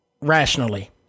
rationally